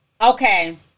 Okay